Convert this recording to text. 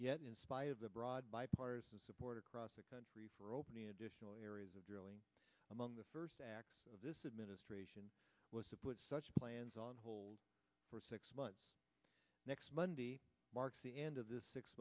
yet in spite of the broad bipartisan support across the country for opening additional areas of drilling among the first act of this administration was to put such plans on hold for six months next monday marks the end of this six